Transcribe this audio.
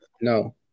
no